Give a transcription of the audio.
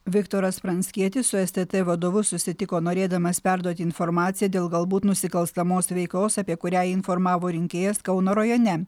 viktoras pranckietis su stt vadovu susitiko norėdamas perduoti informaciją dėl galbūt nusikalstamos veikos apie kurią informavo rinkėjas kauno rajone